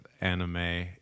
anime